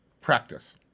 practice